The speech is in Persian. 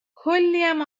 کلیم